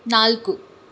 ನಾಲ್ಕು